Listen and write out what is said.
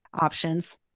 options